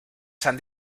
san